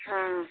हम्म